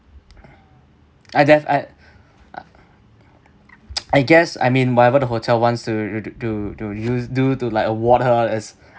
I def~ I I guess I mean whatever the hotel wants to to to to do to like award her as